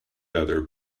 other